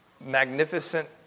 magnificent